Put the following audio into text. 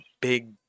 big